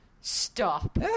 Stop